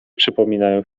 przypominają